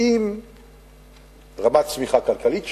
עם רמת צמיחה כלכלית שונה,